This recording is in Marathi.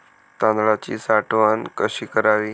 तांदळाची साठवण कशी करावी?